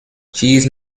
cheese